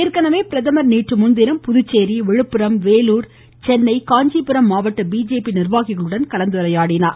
ஏற்கெனவே பிரதமர் நேற்று முன்தினம் புதுச்சேரி விழுப்புரம் வேலூர் சென்னை காஞ்சிபுரம் மாவட்ட பிஜேபி நிர்வாகிகளுடன் கலந்துரையாடினார்